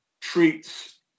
treats